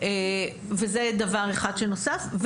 וזה דבר אחד שנוסף,